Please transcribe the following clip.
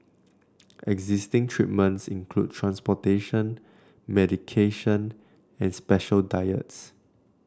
existing treatments include transportation medication and special diets